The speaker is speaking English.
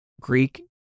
Greek